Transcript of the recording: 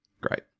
Great